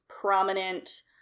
prominent